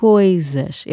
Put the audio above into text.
Coisas